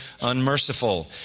unmerciful